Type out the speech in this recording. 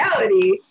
reality